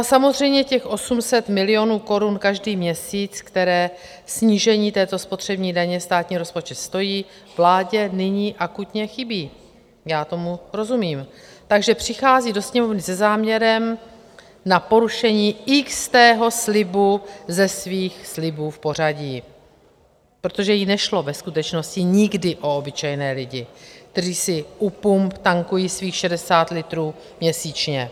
Samozřejmě těch 800 milionů korun každý měsíc, které snížení této spotřební daně státní rozpočet stojí, vládě nyní akutně chybí, já tomu rozumím, takže přichází do Sněmovny se záměrem na porušení xtého slibu ze svých slibů v pořadí, protože jí nešlo ve skutečnosti nikdy o obyčejné lidi, kteří si u pump tankují svých 60 litrů měsíčně.